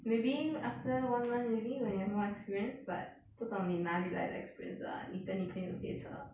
maybe after one month maybe when you're more experienced but 不懂你哪里来的 experience lah 你跟你朋友借车 ah